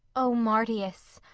o marcius,